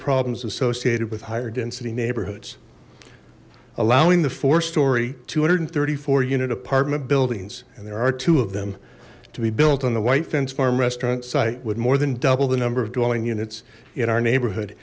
problems associated with higher density neighborhoods allowing the four story two hundred and thirty four unit apartment buildings and there are two of them to be built on the white fence farm restaurant site would more than double the number of dwelling units in our neighborhood